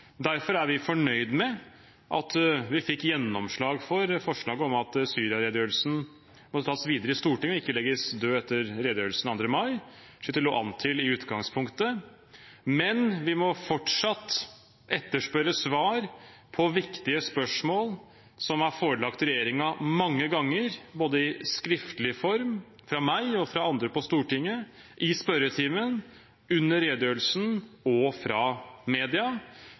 Derfor er vi fornøyd med at vi fikk gjennomslag for forslaget om at Syria-redegjørelsen må tas videre i Stortinget, og ikke legges død etter redegjørelsen 2. mai, slik det lå an til i utgangspunktet. Men vi må fortsatt etterspørre svar på viktige spørsmål som er forelagt regjeringen mange ganger, både i skriftlig form fra meg og fra andre på Stortinget i spørretimen, under redegjørelsen og fra media,